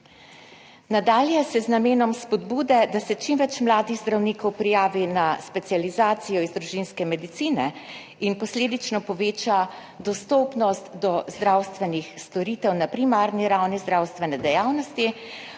Nadalje se z namenom spodbude, da se čim več mladih zdravnikov prijavi na specializacijo iz družinske medicine in posledično poveča dostopnost do zdravstvenih storitev na primarni ravni zdravstvene dejavnosti,